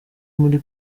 muri